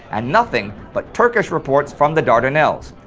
and nothing but turkish reports from the dardanelles.